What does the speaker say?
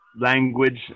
language